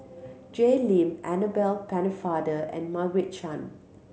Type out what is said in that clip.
Jay Lim Annabel Pennefather and Margaret Chan